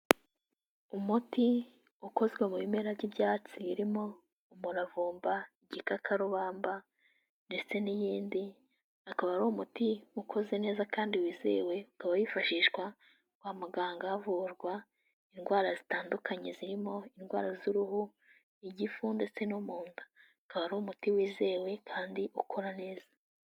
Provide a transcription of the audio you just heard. Umuti ukozwe mu bimera by'ibyatsi birimo umuravumba, igikakarubamba ndetse n'iyindi akaba ari umuti ukoze neza kandi wizewe ukaba wifashishwa kwa muganga havurwa indwara zitandukanye zirimo indwara z'uruhu, igifu, ndetse no mu nda, akaba ari umuti wizewe kandi ukora neza.